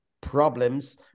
problems